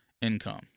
income